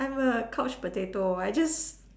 I'm a couch potato I just